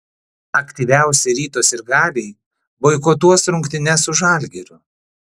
aktyviausi ryto sirgaliai boikotuos rungtynes su žalgiriu